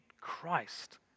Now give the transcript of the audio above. Christ